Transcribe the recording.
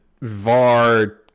VAR